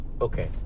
okay